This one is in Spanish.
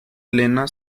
elena